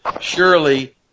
surely